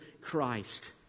Christ